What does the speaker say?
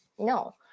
No